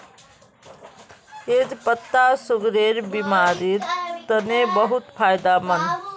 तेच पत्ता सुगरेर बिमारिर तने बहुत फायदामंद